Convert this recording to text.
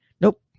nope